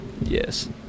Yes